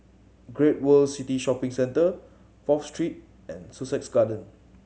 Great World City Shopping Centre Fourth Street and Sussex Garden